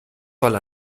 soll